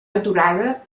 aturada